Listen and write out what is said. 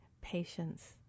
patience